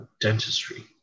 dentistry